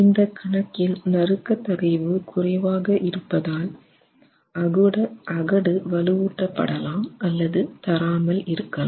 இந்த கணக்கில் நறுக்க தகைவு குறைவாக இருப்பதால் அகடு வலுவூட்ட படலாம் அல்லது தராமல் இருக்கலாம்